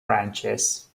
branches